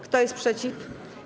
Kto jest przeciw?